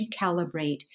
recalibrate